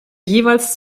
jeweils